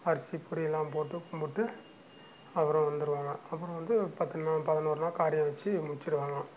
அரிசி பொரியெல்லாம் போட்டு கும்பிட்டு அப்புறோம் வந்துருவாங்க அப்புறோம் வந்து பத்து நான் பதினொரு நாள் காரியம் வெச்சு முடிச்சுடுவாங்க